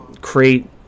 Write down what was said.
create